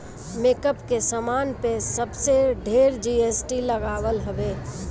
makeup के सामान पे सबसे ढेर जी.एस.टी लागल हवे